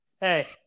Hey